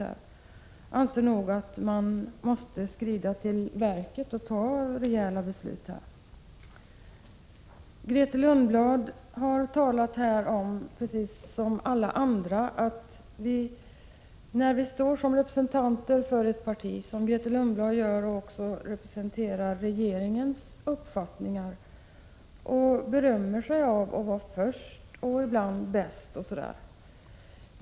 Jag anser nog att man måste skrida till verket och fatta rejäla beslut på detta område. Grethe Lundblad representerar som alla vi andra ett parti, men hon representerar också regeringens uppfattningar. Som alla andra berömmer hon sig av att vara först och ibland bäst.